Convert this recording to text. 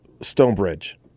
Stonebridge